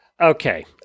Okay